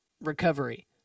recovery